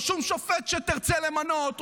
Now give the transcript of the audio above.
או שום שופט שתרצה למנות,